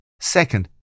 Second